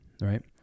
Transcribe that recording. right